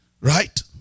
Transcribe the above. Right